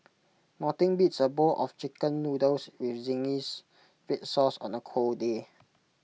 nothing beats A bowl of Chicken Noodles with zingy Red Sauce on A cold day